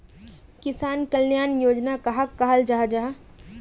किसान कल्याण योजना कहाक कहाल जाहा जाहा?